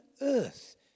earth